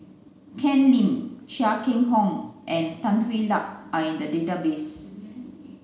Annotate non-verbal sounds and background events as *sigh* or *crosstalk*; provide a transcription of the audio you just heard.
Ken Lim Chia Keng *unintelligible* and Tan Hwa Luck are in the database